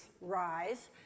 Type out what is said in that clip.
rise